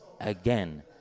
again